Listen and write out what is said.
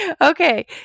Okay